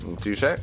touche